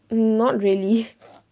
mm not really